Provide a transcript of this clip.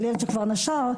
של ילד שכבר נשר,